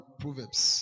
proverbs